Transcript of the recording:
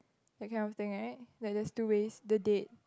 I can't think of it like that's two ways the date